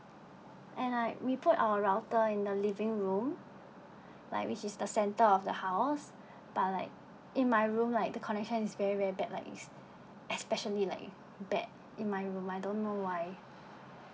and I we put our router in the living room like which is the centre of the house but like in my room like the connection is very very bad like especially like bad in my room I don't know why